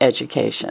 education